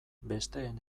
besteen